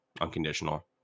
unconditional